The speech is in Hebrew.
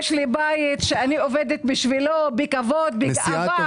יש לי בית שאני עובדת בשבילו בכבוד ובגאווה.